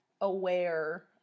aware